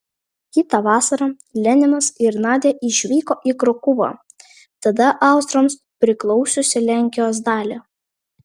kitą vasarą leninas ir nadia išvyko į krokuvą tada austrams priklausiusią lenkijos dalį